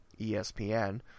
ESPN